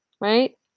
right